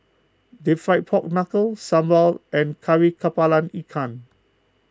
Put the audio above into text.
Deep Fried Pork Knuckle Sambal and Kari Kepala Ikan